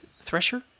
thresher